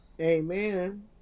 Amen